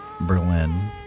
Berlin